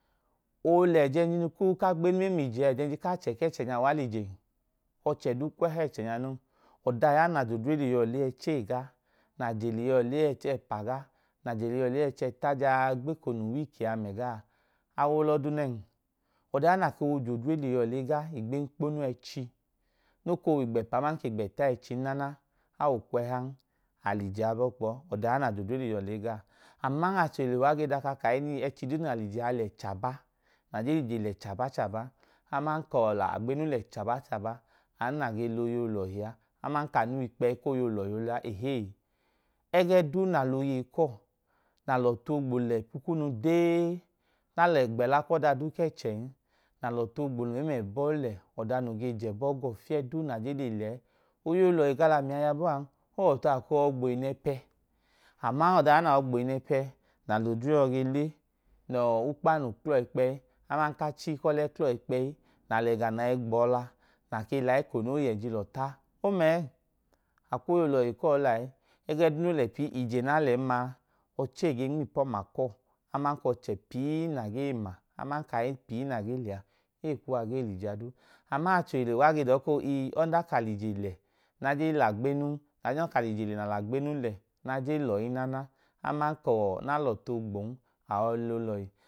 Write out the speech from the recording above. Oolẹ ejẹnjinu kaagbenu mẹmijea ejenji k’achẹ k’achẹ nya uwa lijem ọchẹ duu kw’ẹha ẹchẹ nya non ọdan ya na j’odre liiyọ le ẹchẹi gaa, na je liiyon le ẹchẹẹpa ga, naje liiọ le ẹchẹta jaa gbeko nu weeki a megaa awo lọdu nen. Ọdoya na koo j’ore liyọ lega igbenkponu ẹchi nokoo wigbẹpa aman kigbeta ẹchin nana awo kw’ẹhan, alije yabọọ kpọ ọdaoya na j’odre tiiọ le gaa aman achohile uwa ge daka kahinji ẹchi duu na l’ije a le chaba naje lije le chaba chaba anu na ge loyei olọhi aman k’anu wikpeyi k’oyeyi olọhi olaa, ẹhẹẹ. Ẹge duu naloyi kọọ na lọtuogbole ipuku dee na gbẹla kẹla kẹchẹn na lọtu ogbo mem’ẹbọ le oda noge jebo go fieduu na je le lẹẹ oyeyi olọhi galamia yọbọọ an ohuọtu a kọyọ gbo inẹpẹ ama ọdan ya na yo gboinepe na l’odre tọ ge le nọọ unpanu klo̱ ikpeyi aman k’ache k’ole klo ikpeyi na lẹga nai gbọla nake layiikono ye jilọta, omee, ak’voyeyi olọ hi kuwo lae, ẹgẹduuno lẹ pii ije na lẹnma ọche ge nm’ipoma ko aman k’ọche pii na ge ma aman kayi pii na gee lẹ a eyi kuwa ge l’ije a eyi kuwa gee lijea duu aman achohile uwa ge dọọ oii ọdan ka lije le na l’agbenu le na je loyi nanan na aman kọọ na lọtu oogbon a yọi lọọlọhi.